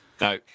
No